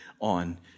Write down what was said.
on